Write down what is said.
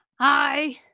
Hi